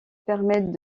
permettent